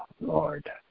Lord